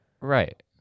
Right